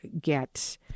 get